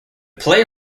play